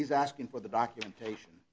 he's asking for the documentation